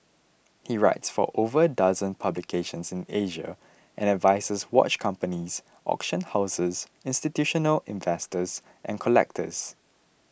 he writes for over a dozen publications in Asia and advises watch companies auction houses institutional investors and collectors